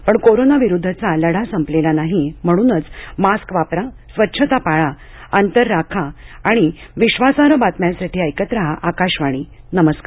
पण कोरोना विरुद्धचा लढा संपलेला नाही म्हणूनच मास्क वापरा स्वच्छता पाळा अंतर राखा आणि विश्वासार्ह बातम्यांसाठी ऐकत रहा आकाशवाणी नमस्कार